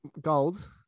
Gold